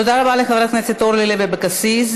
תודה רבה לחברת הכנסת אורלי לוי אבקסיס.